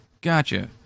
Gotcha